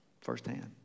firsthand